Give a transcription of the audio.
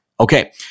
Okay